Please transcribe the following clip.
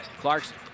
Clarkson